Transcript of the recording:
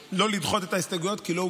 לא לדחות את ההסתייגויות, כי לא הוגשו,